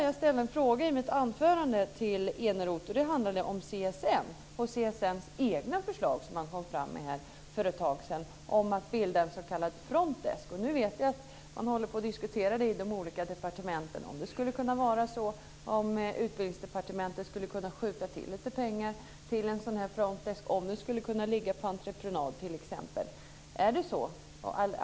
Jag ställde en fråga i mitt anförande till Eneroth om CSN. CSN kom för ett tag sedan fram med ett eget förslag om att bilda en s.k. front desk. Jag vet att man håller på att diskutera i de olika departementen om Utbildningsdepartementet skulle kunna skjuta till lite pengar till en front desk och om det skulle kunna ligga på entreprenad.